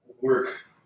work